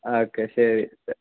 okay ശരി